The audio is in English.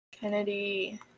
Kennedy